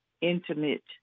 intimate